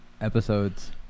episodes